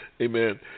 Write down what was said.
Amen